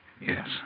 Yes